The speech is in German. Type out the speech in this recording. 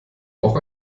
auch